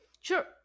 Sure